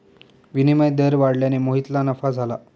विनिमय दर वाढल्याने मोहितला नफा झाला